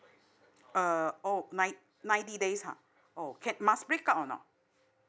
uh oh nine ninety days ha oh must break up now